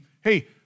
Hey